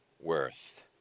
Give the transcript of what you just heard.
worth